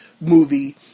movie